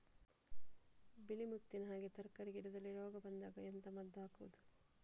ಬಿಳಿ ಮುತ್ತಿನ ಹಾಗೆ ತರ್ಕಾರಿ ಗಿಡದಲ್ಲಿ ರೋಗ ಬಂದಾಗ ಎಂತ ಮದ್ದು ಹಾಕುವುದು?